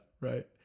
right